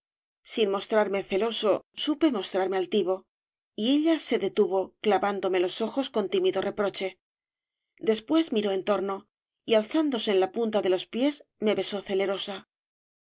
sin mostrarme celoso supe mostrarme altivo y ella se detuvo clavándome los ojos con tímido reproche después miró en torno y alzándose en la punta de los pies me besó